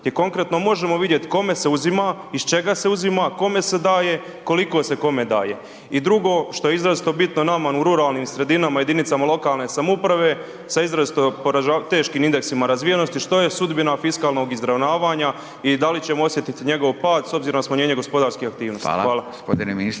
konkretno, možemo vidjet kome se uzima, iz čega se uzima, kome se daje, koliko se kome daje? I drugo, što je izrazito bitno nama u ruralnim sredinama jedinicama lokalne samouprave, sa izrazito poražavajućim teškim indeksima razvijenosti, što je sudbina fiskalnog izravnavanja i da li ćemo osjetiti njegov pad s obzirom na smanjenje gospodarske aktivnosti? Hvala.